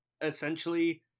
essentially